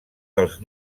dels